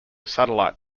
satellite